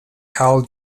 carl